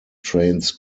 trains